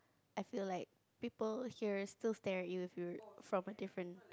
I feel like people here still stare at you if you from a different